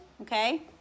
Okay